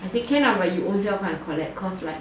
I say can ah but you ownself come and collect cause like